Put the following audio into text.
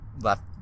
left